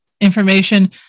information